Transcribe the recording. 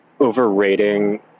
overrating